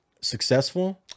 successful